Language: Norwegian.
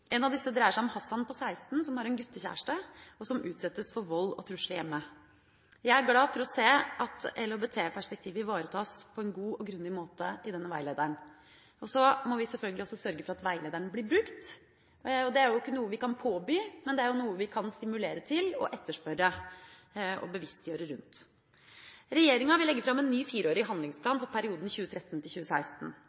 En av disse dreier seg om Hassan på 16 år som har en guttekjæreste, og som utsettes for vold og trusler hjemme. Jeg er glad for å se at LHBT-perspektivet ivaretas på en god og grundig måte i denne veilederen. Så må vi selvfølgelig også sørge for at veilederen blir brukt. Det er jo ikke noe vi kan påby, men det er noe vi kan stimulere til, etterspørre og bevisstgjøre om. Regjeringa vil legge fram en ny fireårig